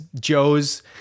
Joe's